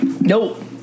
Nope